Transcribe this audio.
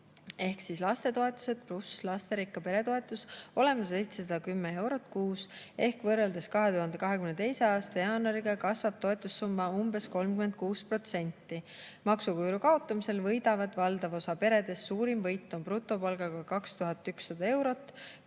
ehk lastetoetused pluss lasterikka pere toetus olema 710 eurot kuus ehk võrreldes 2022. aasta jaanuariga kasvab toetussumma umbes 36%. Maksuküüru kaotamisest võidab valdav osa peredest. Suurim võit on brutopalgaga 2100 eurot.